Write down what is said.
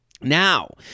Now